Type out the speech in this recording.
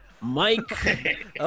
Mike